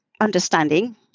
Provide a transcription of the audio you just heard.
understanding